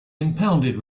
impounded